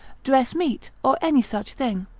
dress meat, or any such thing.